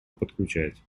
подключать